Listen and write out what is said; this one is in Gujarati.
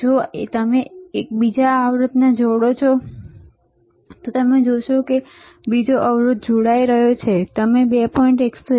જો તમે બીજા અવરોધને જોડો છો તો તમે જોશો કે બીજો અવરોધ જોડાઈ રહ્યું છે અને અમને 2